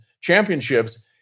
championships